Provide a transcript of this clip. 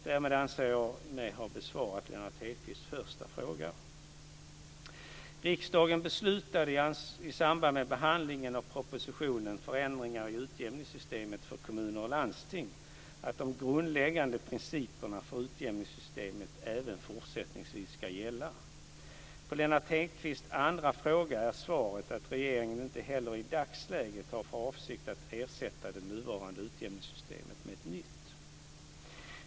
Därmed anser jag mig ha besvarat Lennart Hedquists första fråga. Riksdagen beslutade i samband med behandlingen av propositionen Förändringar i utjämningssystemet för kommuner och landsting att de grundläggande principerna för utjämningssystemet även fortsättningsvis ska gälla. På Lennart Hedquists andra fråga är svaret att regeringen inte heller i dagsläget har för avsikt att ersätta det nuvarande utjämningssystemet med ett nytt.